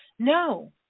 No